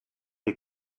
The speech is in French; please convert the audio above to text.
les